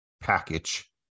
package